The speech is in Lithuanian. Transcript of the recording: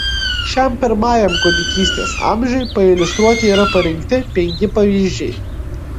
šiam pirmajam kūdikystės amžiui pailiustruoti yra parinkti penki pavyzdžiai